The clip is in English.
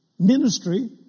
Ministry